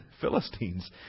Philistines